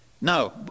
No